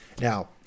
Now